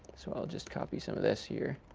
so i'll just copy some of this here.